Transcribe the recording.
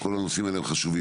כל הנושאים האלה הם חשובים.